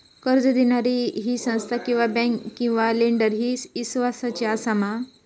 कर्ज दिणारी ही संस्था किवा बँक किवा लेंडर ती इस्वासाची आसा मा?